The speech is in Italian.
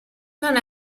non